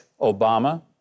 Obama